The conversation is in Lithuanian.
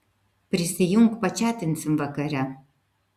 prisijunk pačatinsim vakare